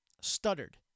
stuttered